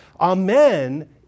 Amen